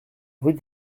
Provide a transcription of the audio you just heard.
rue